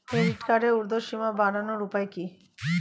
Credit কার্ডের উর্ধ্বসীমা বাড়ানোর উপায় কি?